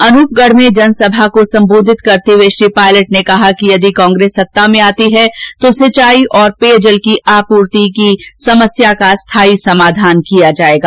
अनूपगढ में जनसभा को सम्बोधित करते हुए श्री पायलट ने कहा कि यदि कांग्रेस सत्ता में आती है तो सिंचाई और पेयजल की आपूर्ति का स्थायी समाधान किया जाएगा